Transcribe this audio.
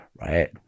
right